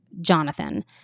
Jonathan